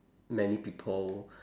many people